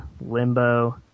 Limbo